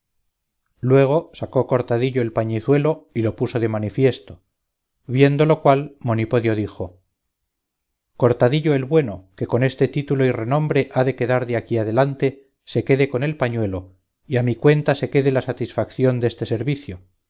luego sacó cortadillo el pañizuelo y lo puso de manifiesto viendo lo cual monipodio dijo cortadillo el bueno que con este título y renombre ha de quedar de aquí adelante se quede con el pañuelo y a mi cuenta se quede la satisfación deste servicio